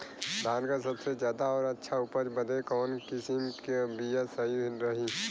धान क सबसे ज्यादा और अच्छा उपज बदे कवन किसीम क बिया सही रही?